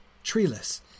Treeless